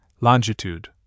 longitude